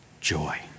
joy